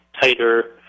tighter